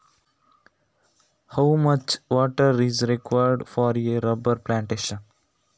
Rubber ತೋಟಕ್ಕೆ ಎಷ್ಟು ನೀರಿನ ಅಗತ್ಯ ಇರುತ್ತದೆ?